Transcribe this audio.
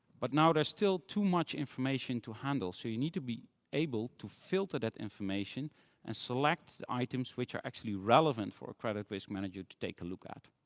but now, there's still too much information to handle. so you need to be able to filter that information and select items which are actually relevant for a credit risk manager to take a look at.